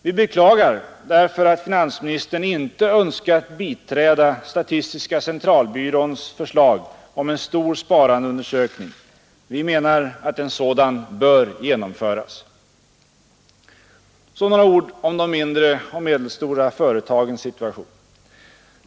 Vi beklagar därför att finansministern inte önskat biträda statistiska centralbyråns förslag om en stor sparandeundersökning. Vi menar att en sådan bör genomföras. Så några ord om de mindre och medelstora företagens situation.